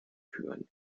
führen